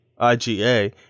IgA